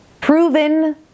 Proven